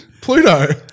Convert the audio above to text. Pluto